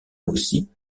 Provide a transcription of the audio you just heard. aussi